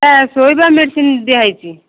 ଏ ଶୋଇବା ମେଡ଼ିସିନ ଦିଆ ହେଇଛି